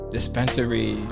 Dispensary